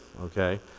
Okay